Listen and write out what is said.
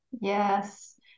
Yes